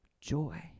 joy